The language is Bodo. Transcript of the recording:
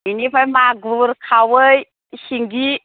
बिनिफाय मागुर खावै सिंगि